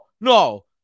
no